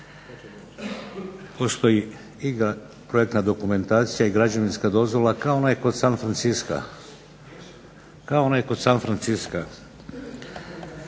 Postoji projektna dokumentacija i građevinska dozvola kao onaj kod San Francisca. Ponude su već podnijete,